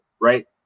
right